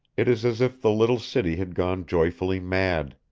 it is as if the little city had gone joyfully mad.